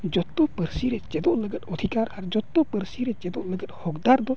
ᱡᱚᱛᱚ ᱯᱟᱹᱨᱥᱤᱨᱮ ᱪᱮᱫᱚᱜ ᱞᱟᱜᱟᱫ ᱚᱫᱷᱤᱠᱟᱨ ᱟᱨ ᱡᱚᱛᱚ ᱯᱟᱹᱨᱥᱤᱨᱮ ᱪᱮᱫᱚᱜ ᱞᱟᱹᱜᱤᱫ ᱦᱚᱠᱫᱟᱨ ᱫᱚ